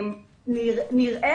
נראה